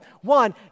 One